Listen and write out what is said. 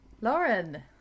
Lauren